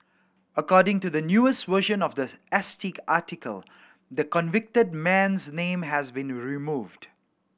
according to the newest version of the S T article the convicted man's name has been removed